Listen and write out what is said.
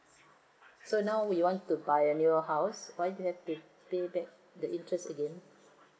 so now we want to buy a newer house why do you have to pay back the interest again